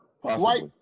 White